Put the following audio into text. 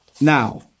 now